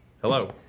Hello